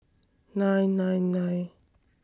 nine nine nine